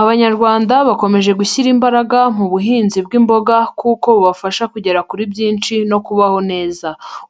Abanyarwanda bakomeje gushyira imbaraga muhinzi bw'imboga kuko bubafasha kugera kuri byinshi no kubaho neza.